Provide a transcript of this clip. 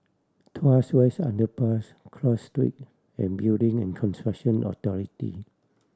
Tuas West Underpass Cross Street and Building and Construction Authority